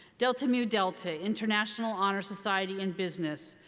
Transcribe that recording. delta mu delta international honors society and business.